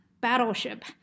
Battleship